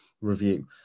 review